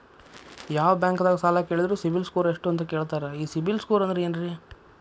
ಯಾವ ಬ್ಯಾಂಕ್ ದಾಗ ಸಾಲ ಕೇಳಿದರು ಸಿಬಿಲ್ ಸ್ಕೋರ್ ಎಷ್ಟು ಅಂತ ಕೇಳತಾರ, ಈ ಸಿಬಿಲ್ ಸ್ಕೋರ್ ಅಂದ್ರೆ ಏನ್ರಿ?